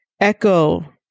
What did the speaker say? echo